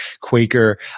Quaker